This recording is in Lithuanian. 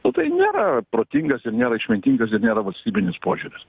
o tai nėra protingas ir nėra išmintingas ir nėra valstybinis požiūris